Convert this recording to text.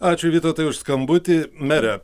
ačiū vytautai už skambutį mere